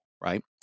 right